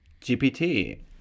GPT